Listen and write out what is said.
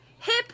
hip